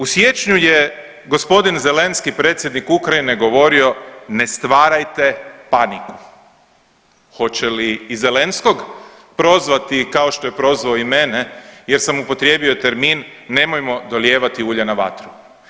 U siječnju je g. Zelenski predsjednik Ukrajine govorio ne stvarajte paniku, hoće li i Zelenskog prozvati kao što je prozvao i mene jer sam upotrijebio termin nemojmo dolijevati ulje na vatru.